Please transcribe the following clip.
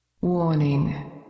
Warning